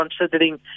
considering